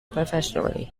professionally